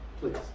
Please